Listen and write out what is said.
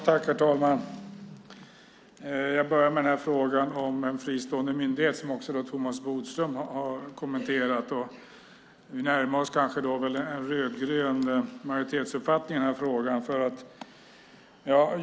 Herr talman! Jag börjar med frågan om en fristående myndighet, som också Thomas Bodström har kommenterat. Vi närmar oss kanske en rödgrön majoritetsuppfattning i den här frågan.